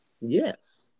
Yes